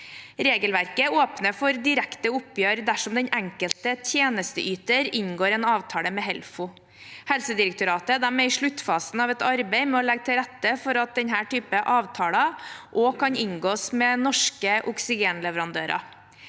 Regelverket åpner for direkte oppgjør dersom den enkelte tjenesteyteren inngår en avtale med Helfo. Helsedirektoratet er i sluttfasen av et arbeid med å legge til rette for at slike avtaler også kan inngås med norske oksygenleverandører.